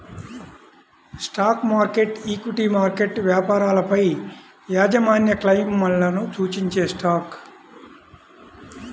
stock market, equity market వ్యాపారాలపైయాజమాన్యక్లెయిమ్లను సూచించేస్టాక్